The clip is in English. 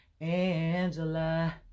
Angela